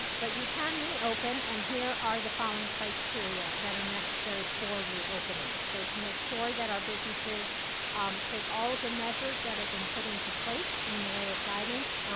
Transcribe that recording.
but you can reopen and here are the following criteria that are necessary for reopening. so to make sure that our businesses take all of the measures that have been put into place in the way of guidance,